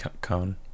cone